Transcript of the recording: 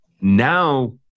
Now